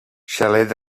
xalet